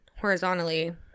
horizontally